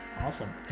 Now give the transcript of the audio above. Awesome